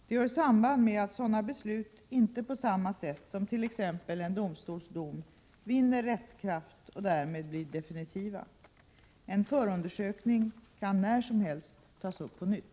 Det hör samman med att sådana beslut inte på samma sätt som t.ex. en domstols dom vinner rättskraft och därmed blir definitiva. En förundersökning kan när som helst tas upp på nytt.